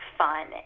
fun